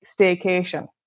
staycation